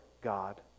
God